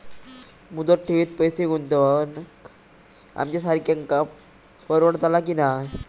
मुदत ठेवीत पैसे गुंतवक आमच्यासारख्यांका परवडतला की नाय?